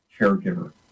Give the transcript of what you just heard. caregiver